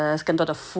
对